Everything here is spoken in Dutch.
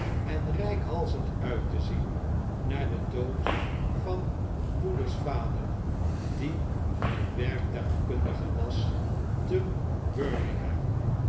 en reikhalzend uit te zien naar den dood van moeder's vader die een werktuigkundige was te birmingham